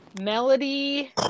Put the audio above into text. Melody